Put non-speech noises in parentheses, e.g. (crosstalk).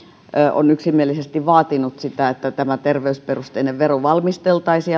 on yksimielisesti vaatinut sitä että tämä terveysperusteinen vero valmisteltaisiin (unintelligible)